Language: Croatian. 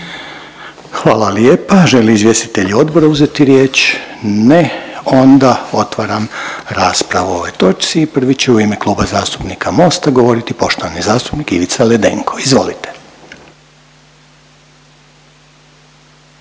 Hvala lijepa. Žele izvjestitelji odbora uzeti riječ? Ne, onda otvaram raspravu o ovoj točci i prvi će u ime Kluba zastupnika MOST-a govoriti poštovani zastupnik Ivica Ledenko. Izvolite.